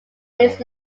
its